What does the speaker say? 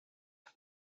the